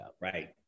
right